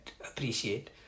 appreciate